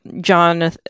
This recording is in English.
john